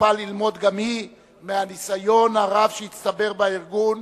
מצפה ללמוד גם היא מהניסיון הרב שהצטבר בארגון,